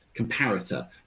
comparator